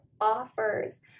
offers